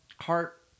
heart